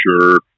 sure